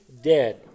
dead